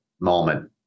moment